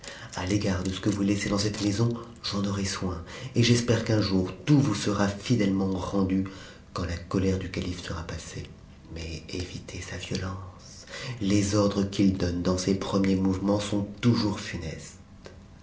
à l'égard de ce que vous laissez dans cette maison j'en imrai soin et j'espère qu'un jour tout vous sera fidèlement rendu quand la colère du calife sera passée mais évitez sa violence les ordres qu'il donne dans ses premiers mouvements sont toujours funestes